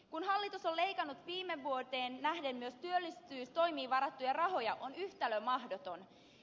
kun hallitus on leikannut viime vuoteen nähden myös työllisyystoimiin varattuja rahoja on yhtälö mahdoton